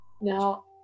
Now